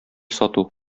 сату